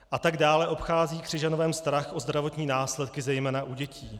A tak dále obchází Křižanovem strach o zdravotní následky, zejména u dětí.